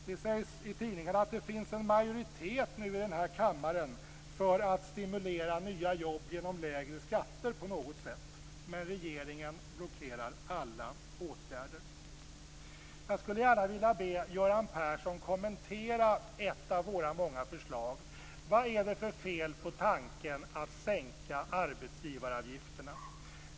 Det sägs i tidningen att det nu finns en majoritet i denna kammare för att stimulera till nya jobb genom lägre skatter på något sätt. Men regeringen blockerar alla åtgärder. Jag skulle gärna vilja be Göran Person kommentera ett av våra många förslag. Vad är det för fel på tanken att sänka arbetsgivaravgifterna?